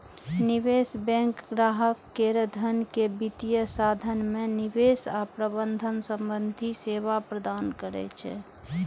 निवेश बैंक ग्राहक केर धन के वित्तीय साधन मे निवेश आ प्रबंधन संबंधी सेवा प्रदान करै छै